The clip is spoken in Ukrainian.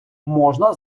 можна